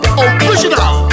original